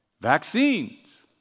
Vaccines